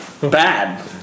Bad